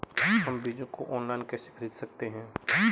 हम बीजों को ऑनलाइन कैसे खरीद सकते हैं?